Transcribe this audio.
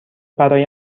برای